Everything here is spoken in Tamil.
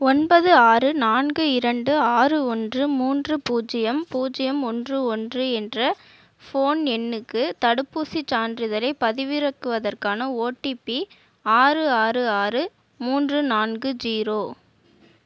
ஒன்பது ஆறு நான்கு இரண்டு ஆறு ஒன்று மூன்று பூஜ்ஜியம் பூஜ்ஜியம் ஒன்று ஒன்று என்ற ஃபோன் எண்ணுக்கு தடுப்பூசிச் சான்றிதழைப் பதிவிறக்குவதற்கான ஓடிபி ஆறு ஆறு ஆறு மூன்று நான்கு ஜீரோ